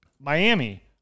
Miami